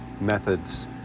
methods